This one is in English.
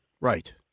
Right